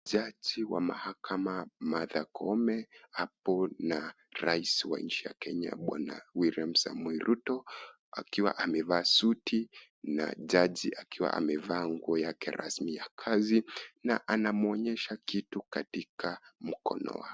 Jaji wa mahakama Martha Koome apo na raisi wa nchi ya Kenya Bwana Wiliam Samoei Ruto. Akiwa amevaa suti na jaji akiwa amevaa nguo yake rasmi ya kazi na anamwoyesha kitu katika mkono wake.